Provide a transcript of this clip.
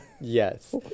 Yes